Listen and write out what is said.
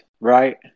right